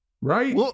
Right